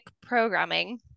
programming